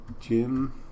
Jim